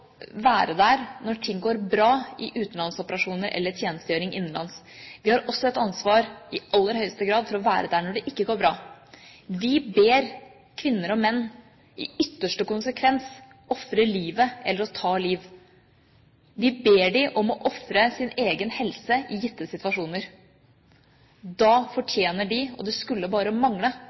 være der når ting går bra i utenlandsoperasjoner eller tjenestegjøring innenlands. Vi har i aller høyeste grad også et ansvar for å være der når det ikke går bra. Vi ber kvinner og menn i ytterste konsekvens om å ofre livet eller å ta liv. Vi ber dem om å ofre sin egen helse i gitte situasjoner. Da fortjener de – og det skulle bare mangle